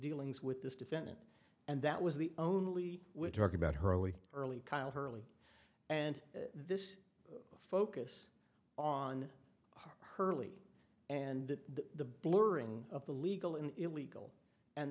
dealings with this defendant and that was the only we're talking about her early early kyle hurley and this focus on hurley and the blurring of the legal and illegal and